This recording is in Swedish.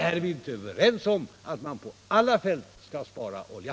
Är vi inte överens om att man på alla fält skall spara på olja?